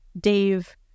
Dave